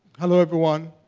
hello, everyone.